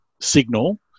signal